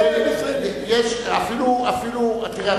תראה,